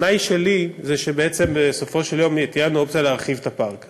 התנאי שלי זה שבעצם בסופו של יום תהיה לנו אופציה להרחיב את הפארק,